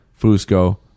Fusco